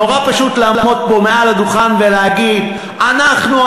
נורא פשוט לעמוד פה מעל הדוכן ולהגיד "אנחנו,